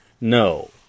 No